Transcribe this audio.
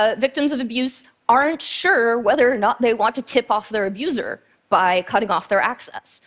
ah victims of abuse aren't sure whether or not they want to tip off their abuser by cutting off their access.